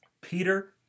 Peter